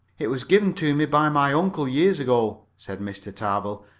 it was given to me by my uncle, years ago, said mr. tarbill.